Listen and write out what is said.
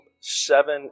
seven